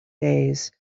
days